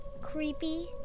creepy